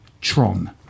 Tron